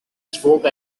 spoke